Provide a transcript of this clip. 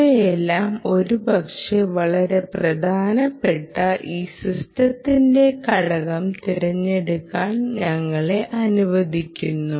ഇവയെല്ലാം ഒരുപക്ഷേ വളരെ പ്രധാനപ്പെട്ട ഈ സിസ്റ്റത്തിന്റെ ഘടകം തിരഞ്ഞെടുക്കാൻ ഞങ്ങളെ അനുവദിക്കും